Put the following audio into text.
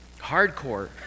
Hardcore